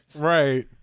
Right